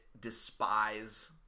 despise